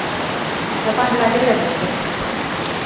अच्छा पंज पैकेट करने तुंदे